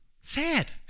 Sad